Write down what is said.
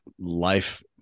life